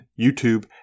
YouTube